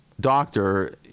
doctor